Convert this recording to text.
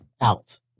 out